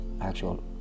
actual